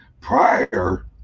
prior